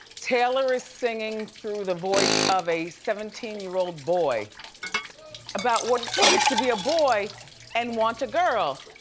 taylor is singing through the voice of a seventeen year old boy about what like to be a boy and want a girl,